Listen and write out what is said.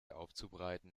aufzubereiten